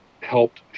helped